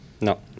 No